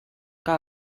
que